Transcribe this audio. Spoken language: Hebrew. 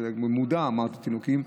אבל במודע אמרתי "תינוקים",